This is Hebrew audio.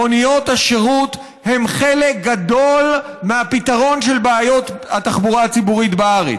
מוניות השירות הן חלק גדול מהפתרון של בעיות התחבורה הציבורית בארץ.